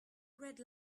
red